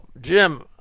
Jim